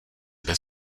bez